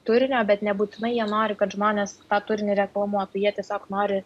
turinio bet nebūtinai jie nori kad žmonės tą turinį reklamuotų jie tiesiog nori